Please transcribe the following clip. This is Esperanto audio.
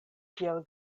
tiel